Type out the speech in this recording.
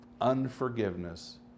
unforgiveness